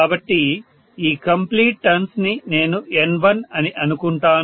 కాబట్టి ఈ మొత్తం టర్న్స్ ని నేను N1 అని అనుకుంటాను